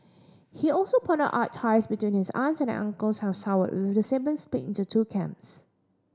he also pointed out ties between his aunts and uncles have soured with the siblings split into two camps